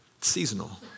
Seasonal